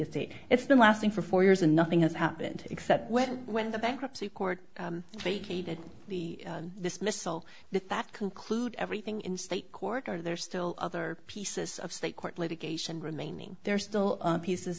estate it's the last thing for four years and nothing has happened except when when the bankruptcy court vacated the dismissal the fact conclude everything in state court are there still other pieces of state court litigation remaining there still pieces